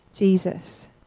Jesus